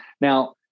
Now